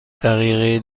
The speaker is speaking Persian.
دقیقه